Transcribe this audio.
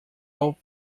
all